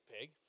pig